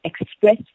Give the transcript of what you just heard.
express